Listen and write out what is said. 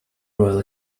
royal